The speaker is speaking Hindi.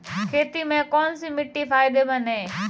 खेती में कौनसी मिट्टी फायदेमंद है?